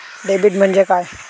Debit म्हणजे काय?